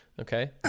Okay